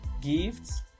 gifts